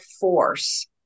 force